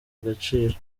agaciro